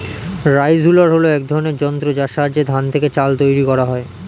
rice huller হল এক ধরনের যন্ত্র যার সাহায্যে ধান থেকে চাল তৈরি করা হয়